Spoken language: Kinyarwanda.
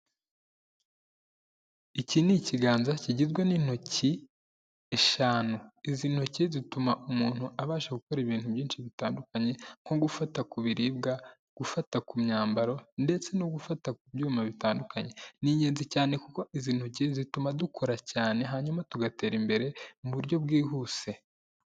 Iki ni ikiganza kigizwe n'intoki eshanu. Izi ntoki zituma umuntu abasha gukora ibintu byinshi bitandukanye nko gufata ku biribwa, gufata ku myambaro ndetse no gufata ku byuma bitandukanye. Ni ingenzi cyane kuko izi ntoki zituma dukora cyane, hanyuma tugatera imbere mu buryo bwihuse.